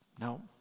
no